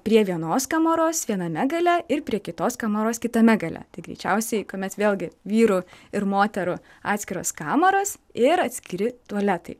prie vienos kamaros viename gale ir prie kitos kamaros kitame gale tai greičiausiai vėlgi vyrų ir moterų atskiros kamaros ir atskiri tualetai